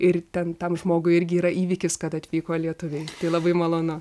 ir ten tam žmogui irgi yra įvykis kad atvyko lietuviai tai labai malonu